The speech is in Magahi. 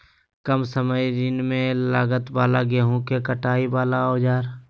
काम समय श्रम एवं लागत वाले गेहूं के कटाई वाले औजार?